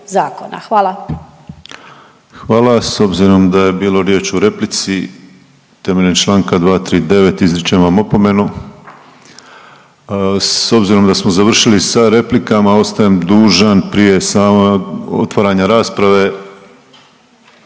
(DP)** Hvala, s obzirom da je bilo riječ o replici temeljem Članka 239. izričem vam opomenu. S obzirom da smo završili sa replikama ostajem dužan prije samog otvaranja rasprave